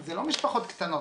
זה לא משפחות קטנות,